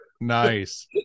Nice